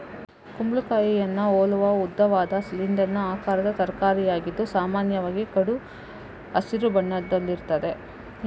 ಕುಂಬಳಕಾಯಿಯನ್ನ ಹೋಲುವ ಉದ್ದವಾದ, ಸಿಲಿಂಡರಿನ ಆಕಾರದ ತರಕಾರಿಯಾಗಿದ್ದು ಸಾಮಾನ್ಯವಾಗಿ ಕಡು ಹಸಿರು ಬಣ್ಣದಲ್ಲಿರ್ತದೆ